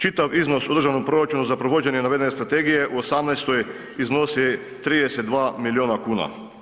Čitav iznos u državnom proračunu za provođenje navedene strategije u 2018.iznosi 32 milijuna kuna.